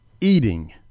eating